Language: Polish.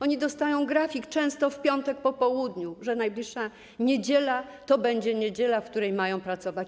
Oni dostają grafik, często w piątek po południu, że najbliższa niedziela to będzie niedziela, kiedy mają pracować.